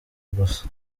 gusa